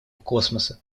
космоса